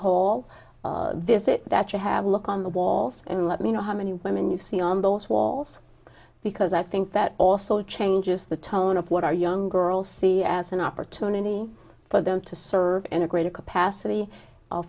hall this it that you have look on the walls and let me know how many women you see on those walls because i think that also changes the tone of what our young girls see as an opportunity for them to serve in a greater capacity